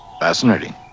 Fascinating